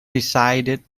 decided